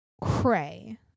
cray